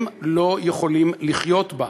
הם לא יכולים לחיות בה,